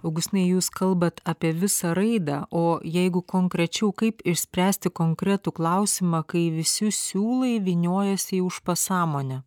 augustinai jūs kalbat apie visą raidą o jeigu konkrečiau kaip išspręsti konkretų klausimą kai visi siūlai vyniojasi už pasąmonę